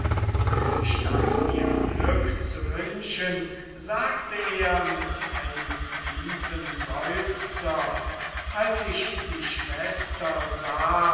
und statt mir glück zu wünschen sagte er mit einem tiefen seufzer als ich die schwester sah